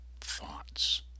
thoughts